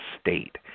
state